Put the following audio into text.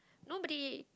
nobody